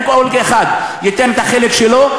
אם כל אחד ייתן את החלק שלו,